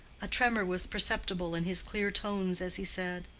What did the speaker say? a tremor was perceptible in his clear tones as he said,